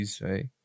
right